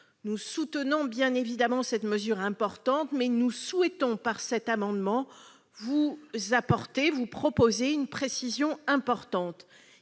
Nous soutenons bien évidemment cette mesure importante, mais nous souhaitons, par cet amendement, proposer une précision importante.